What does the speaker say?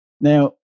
Now